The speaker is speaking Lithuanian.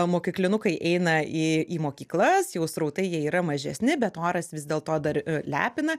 mokyklinukai eina į į mokyklas jau srautai jie yra mažesni bet oras vis dėlto dar lepina